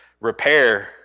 repair